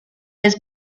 his